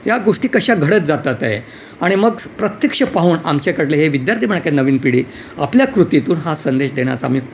या गोष्टी कशा घडत जातात आहे आणि मग प्रत्यक्ष पाहून आमच्याकडले हे विद्यार्थी म्हणा काय नवीन पिढी आपल्या कृतीतून हा संदेश देण्याचा आम्ही